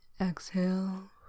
exhale